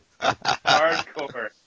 Hardcore